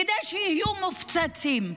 כדי שיהיו מופצצים.